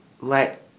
let